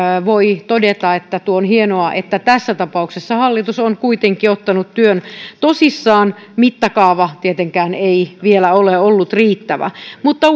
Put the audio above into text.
voi todeta että on hienoa että tässä tapauksessa hallitus on kuitenkin ottanut työn tosissaan mittakaava tietenkään ei vielä ole ollut riittävä mutta